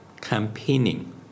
campaigning